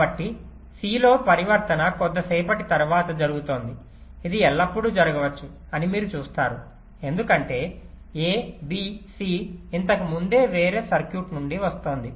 కాబట్టి c లో పరివర్తన కొద్దిసేపటి తరువాత జరుగుతోంది ఇది ఎల్లప్పుడూ జరగవచ్చు అని మీరు చూస్తారు ఎందుకంటే a b c ఇంతకు ముందు వేరే సర్క్యూట్ నుండి వస్తోంది